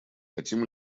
хотим